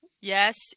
yes